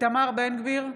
איתמר בן גביר,